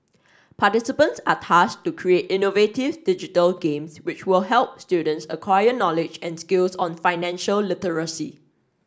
participants are tasked to create innovative digital games which will help students acquire knowledge and skills on financial literacy